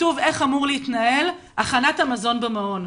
כתוב איך אמורה להתנהל הכנת המזון במעון.